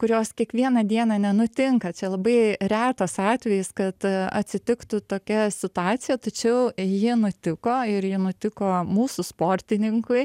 kurios kiekvieną dieną nenutinka čia labai retas atvejis kad atsitiktų tokia situacija tačiau ji nutiko ir ji nutiko mūsų sportininkui